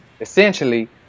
essentially